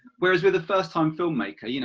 whereas with a first time filmmaker, you know